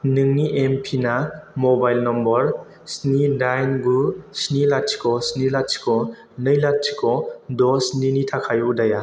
नोंनि एमपिना mobile number स्नि दाइन गु स्नि लाथिख' स्नि लाथिख' नै लाथिख' द' स्नि नि थाखाय उदाया